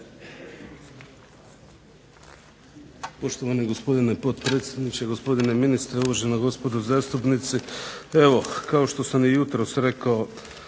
Poštovani gospodine potpredsjedniče, uvaženi ministre, uvažena gospodo zastupnici. Evo, kao što sam jutros rekao